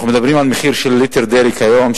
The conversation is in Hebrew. אנחנו מדברים על מחיר של ליטר דלק היום,